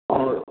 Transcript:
आओर